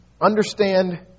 Understand